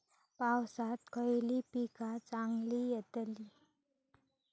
पावसात खयली पीका चांगली येतली?